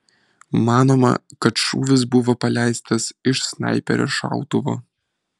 manoma kad šūvis buvo paleistas iš snaiperio šautuvo